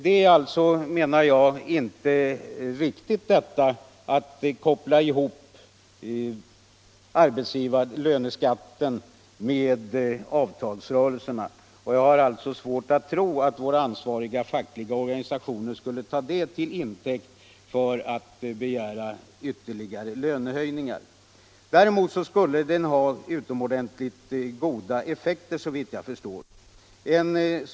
Det är alltså, menar jag, inte riktigt att koppla ihop löneskatten med avtalsrörelserna. Jag har därför svårt att tro att våra ansvariga fackliga organisationer skulle ta ett slopande av den till intäkt för att begära ytterligare löneökningar. En sådan åtgärd skulle däremot ha utomordentligt goda effekter, såvitt jag förstår.